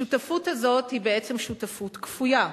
השותפות הזאת היא בעצם שותפות כפויה,